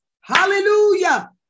hallelujah